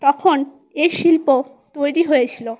তখন এই শিল্প তৈরি হয়েছিল